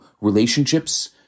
relationships